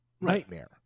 nightmare